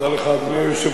אני מודה לך,